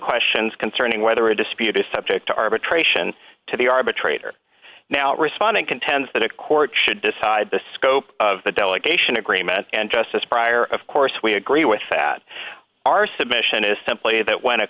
questions concerning whether a dispute is subject to arbitration to the arbitrator male respondent contends that a court should decide the scope of the delegation agreement and justice prior of course we agree with that our submission is simply that when